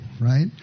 Right